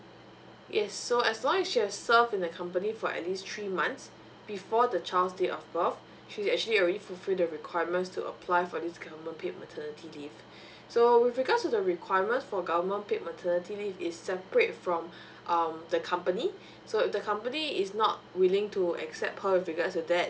yes so as long as she has served in the company for at least three months before the child's date of birth she's actually already fulfil the requirements to apply for this government paid maternity leave so with regards to the requirements for government paid maternity leave is separate from um the company so if the company is not willing to accept her with regards to that